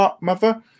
Mother